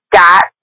got